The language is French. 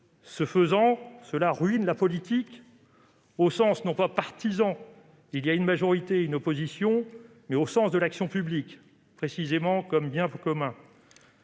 commun. Cela ruine la politique, au sens non pas partisan- il y a bel et bien une majorité et une opposition -, mais au sens de l'action publique, précisément comme bien commun.